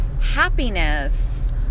happiness